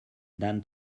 than